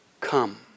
come